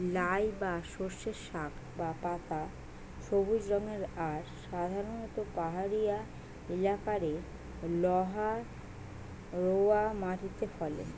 লাই বা সর্ষের শাক বা পাতা সবুজ রঙের আর সাধারণত পাহাড়িয়া এলাকারে লহা রওয়া মাটিরে ফলে